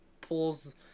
pulls